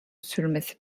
sürmesi